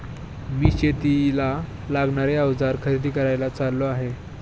मी शेतीला लागणारे अवजार खरेदी करायला चाललो आहे